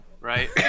right